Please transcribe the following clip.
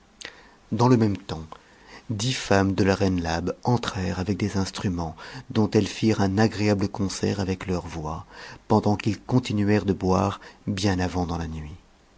dans le même temps dix femmes de la reine labe entrèrent avec des instruments dont elles firent un agréable concert avec eurs voix nendant qu'ils continuèrent de boire bien avant dans la nuit